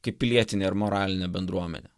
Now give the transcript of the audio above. kaip pilietinė ir moralinė bendruomenė